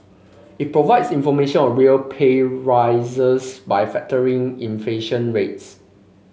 it provides information on real pay rises by factoring inflation rates